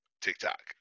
TikTok